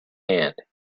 hand